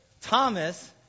Thomas